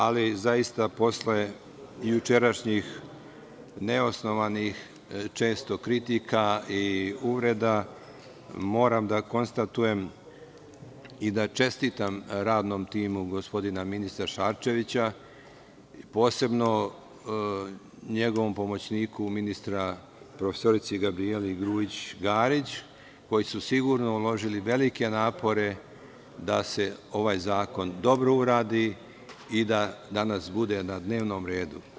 Ali, zaista posle jučerašnjih neosnovanih, često kritika i uvreda, moram da konstatujem i da čestitam radnom timu gospodina ministra Šarčevića i posebno njegovom pomoćniku ministra, profesorici Gabrijeli Grujić Garić koji su sigurno uložili velike napore da se ovaj zakon dobro uradi i da danas bude na dnevnom redu.